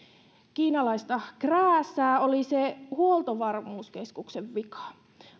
kiinalaista krääsää oli se huoltovarmuuskeskuksen vika